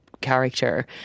character